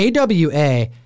AWA